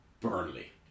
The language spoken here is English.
Burnley